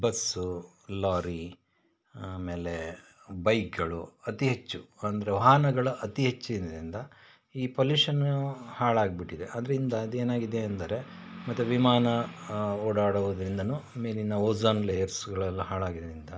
bus lorry ಆಮೇಲೆ ಬೈಕ್ಗಳು ಅತಿ ಹೆಚ್ಚು ಅಂದರೆ ವಾಹನಗಳ ಅತಿ ಹೆಚ್ಚು ಇದರಿಂದ ಈ ಪೊಲ್ಯೂಷನು ಹಾಳಾಗಿಬಿಟ್ಟಿದೆ ಅದರಿಂದ ಅದು ಏನಾಗಿದೆ ಅಂದರೆ ಮತ್ತು ವಿಮಾನ ಓಡಾಡುವುದ್ರಿಂದಲೂ ಮೇಲಿನ ಓಝೋನ್ ಲೇಯರ್ಸ್ಗಳೆಲ್ಲ ಹಾಳಾಗಿದ್ದರಿಂದ